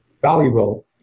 valuable